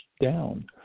down